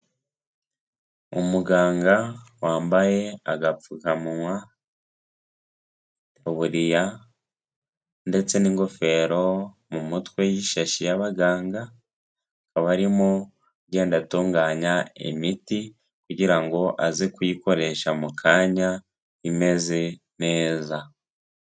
Umuganga wambaye agapfukamunwa, uburiya ndetse n'ingofero mu mutwe y'ishashi y'abaganga, akaba arimo agenda atunganya imiti, kugira ngo aze kuyikoresha mu kanya, imeze neza.